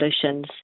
solutions